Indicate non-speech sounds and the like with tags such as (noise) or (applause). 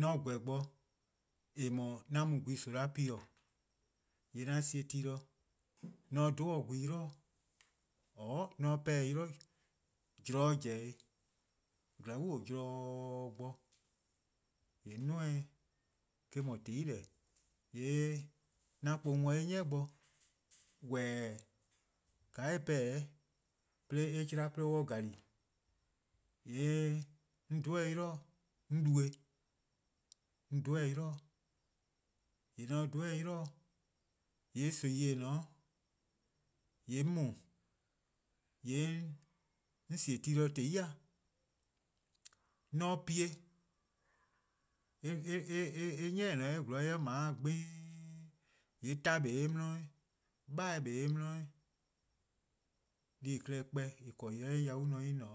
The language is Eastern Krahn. :Mor 'on :gweh bo :eh :mor 'an mu gwehn 'ni :pi :yee' 'an sie ti be 'an dhe 'o gwehn 'yli-dih :or 'an 'pehn-dih-eh 'ylizorn-a zen-dih-eh. :mor zorn zen zorn bo, :yee' 'on 'duo-eh 'weh, eh-: no :tehn-deh. :yee' 'an po-eh 'de 'ni bo :weheh: :ka eh 'pehn-dih-a 'de 'de eh 'chlan 'de or gan-dih-a, :yee' 'on dhe 'o 'yli dih, 'on du-eh, 'on dhe 'o 'yli-dih, :yee' :mor 'on dhe 'o 'yli-dih, :yee' nimi :eh ne-a 'o :yee' 'on mu, :yee' 'on sie ti 'de :tehn 'i-a 'o pi-eh, (hesitation) eh 'ni :eh :ne-a 'de eh 'zorn eh ma 'de-dih 'gbeen' :yee' 'torn 'kpa 'de eh 'di 'weh, 'beheh' 'kpa 'de eh 'di 'weh, deh+-a' klehkpeh :en :korn :en :korn :en 'ye-a